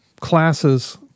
classes